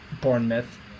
Bournemouth